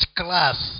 class